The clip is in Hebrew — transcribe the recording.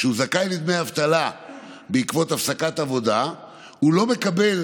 כשהוא זכאי לדמי אבטלה בעקבות הפסקת עבודה הוא לא מקבל